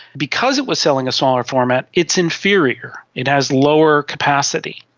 because it was selling a smaller format it's inferior, it has lower capacity.